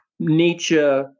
Nietzsche